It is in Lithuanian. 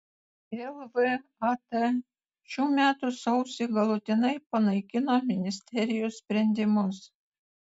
lvat šių metų sausį galutinai panaikino ministerijos sprendimus